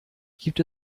gibt